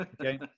Okay